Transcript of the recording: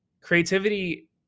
creativity